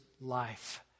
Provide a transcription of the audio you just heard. life